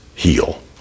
heal